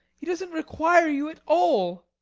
he doesn't require you at all.